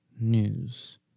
news